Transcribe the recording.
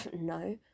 no